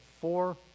four